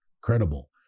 Credible